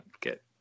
get